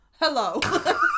Hello